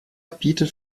bietet